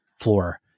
floor